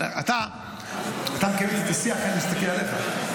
אתה מקיים איתי את השיח, אני מסתכל עליך.